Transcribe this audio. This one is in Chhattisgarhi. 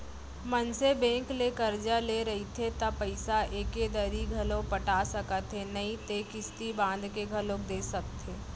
मनसे बेंक ले करजा ले रहिथे त पइसा एके दरी घलौ पटा सकत हे नइते किस्ती बांध के घलोक दे सकथे